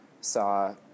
saw